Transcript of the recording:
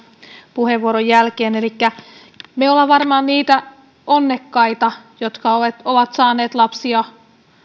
puheenvuoron jälkeen me olemme varmaan niitä onnekkaita jotka ovat saaneet lapsia